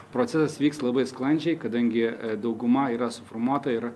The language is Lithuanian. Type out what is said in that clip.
procesas vyks labai sklandžiai kadangi dauguma yra suformuota ir